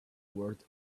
word